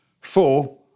Four